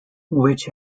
which